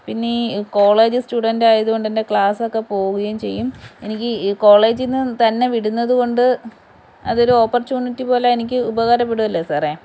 പിന്നെ ഈ കോളേജ് സ്റ്റുഡന്റായതുകൊണ്ട് എൻ്റെ ക്ലാസ്സൊക്കെ പോവുകയും ചെയ്യും എനിക്ക് ഈ കോളേജില്നിന്ന് തന്നെ വിടുന്നതുകൊണ്ട് അതൊരു ഓപ്പർച്യൂണിറ്റി പോലെ എനിക്ക് ഉപകാരപ്പെടുകയല്ലേ സാറേ